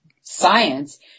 science